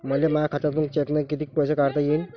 मले माया खात्यातून चेकनं कितीक पैसे काढता येईन?